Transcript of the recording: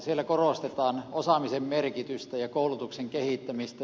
siellä korostetaan osaamisen merkitystä ja koulutuksen kehittämistä